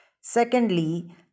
Secondly